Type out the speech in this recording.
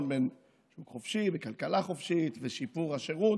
בין שוק חופשי וכלכלה חופשית לשיפור השירות,